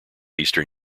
eastern